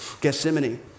Gethsemane